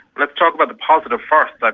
let's talk about the positive first. but